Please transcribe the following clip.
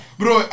bro